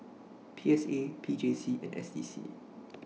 P S A P J C and S D C